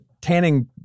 tanning